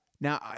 Now